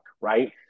right